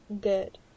good